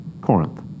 Corinth